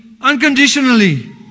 unconditionally